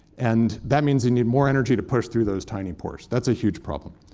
and that means you need more energy to push through those tiny pores. that's a huge problem.